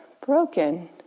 broken